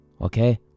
okay